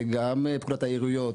גם פקודות העיריות,